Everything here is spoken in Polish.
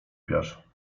piasz